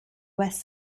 west